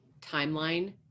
timeline